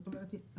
זאת אומרת,